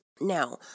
Now